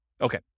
Okay